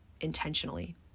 intentionally